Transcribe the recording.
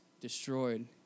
destroyed